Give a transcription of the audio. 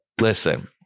listen